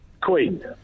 Queen